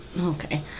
Okay